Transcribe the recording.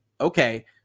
okay